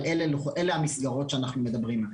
אבל אלה המסגרות שאנחנו מדברים האלה.